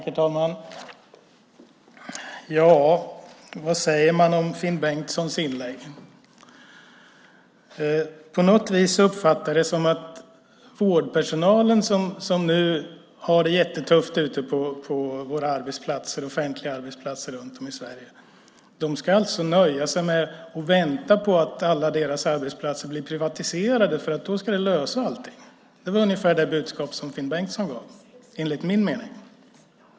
Herr talman! Ja, vad säger man om Finn Bengtssons inlägg? På något vis uppfattar jag det som att vårdpersonalen som nu har det jättetufft ute på våra offentliga arbetsplatser runt om i Sverige alltså ska nöja sig med att vänta på att alla deras arbetsplatser blir privatiserade. Det ska nämligen lösa allting. Det var ungefär det budskap Finn Bengtsson gav, enligt min mening.